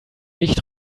nicht